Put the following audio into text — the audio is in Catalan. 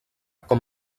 com